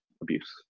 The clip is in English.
abuse